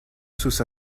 sus